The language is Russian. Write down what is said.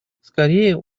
скорее